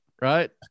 right